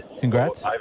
Congrats